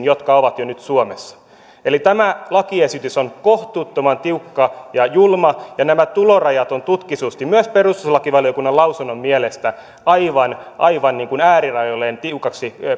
jotka ovat jo nyt suomessa eli tämä lakiesitys on kohtuuttoman tiukka ja julma ja nämä tulorajat ovat tutkitusti myös perustuslakivaliokunnan lausunnon mielestä aivan aivan äärirajoilleen